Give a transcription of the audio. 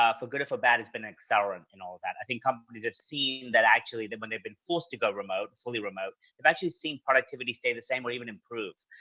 ah for good or for bad, has been an accelerant in all of that. i think companies have seen that actually, that when they've been forced to go remote, fully remote, they've actually seen productivity stay the same or even improved.